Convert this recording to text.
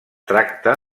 tracta